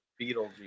Beetlejuice